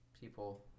people